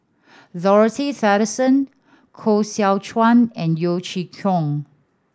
Dorothy Tessensohn Koh Seow Chuan and Yeo Chee Kiong